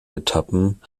etappen